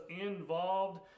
involved